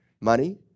money